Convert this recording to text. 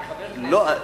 אני חבר כנסת.